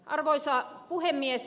arvoisa puhemies